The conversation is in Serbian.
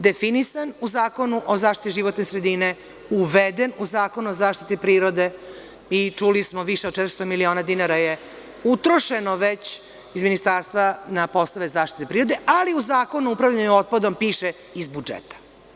Definisan u Zakonu o zaštiti životne sredine, uveden u Zakon o zaštiti prirode i čuli smo, više od 400 miliona dinara je utrošeno već iz ministarstva na poslove zaštite prirode, ali u Zakonu o upravljanju otpadom piše – iz budžeta.